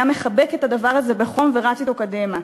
מחבק את הדבר הזה בחום ורץ אתו קדימה.